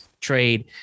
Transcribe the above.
Trade